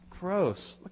gross